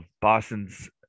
Boston's